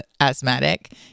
asthmatic